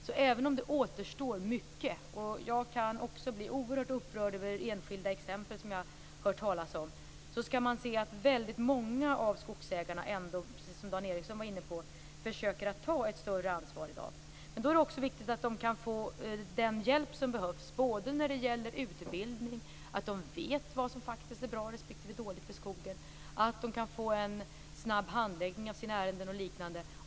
Så även om det återstår mycket - och jag kan också bli upprörd över enskilda exempel som jag har hört talas om - kan vi se att väldigt många skogsägare försöker, precis som Dan Ericsson var inne på, att ta ett större ansvar i dag. Då är det också viktigt att de kan få den hjälp som behövs. När det gäller utbildning är det viktigt att de vet vad som faktiskt är bra respektive dåligt för skogen. Det är viktigt att de kan få en snabb handläggning av sina ärenden och liknande.